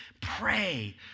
pray